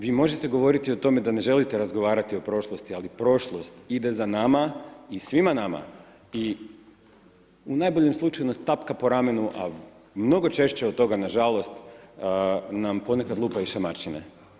Vi možete govoriti o tome da ne želite razgovarati o prošlosti, ali prošlost ide za nama i svima nama i, u najboljem slučaju nas tapka po ramenu, a mnogo češće od toga, nažalost nam ponekad lupa i šamarčine.